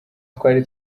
twari